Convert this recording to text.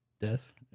desk